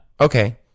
Okay